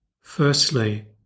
Firstly